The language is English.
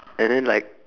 and then like